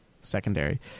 secondary